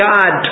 God